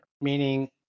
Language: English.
meaning